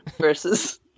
versus